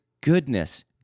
goodness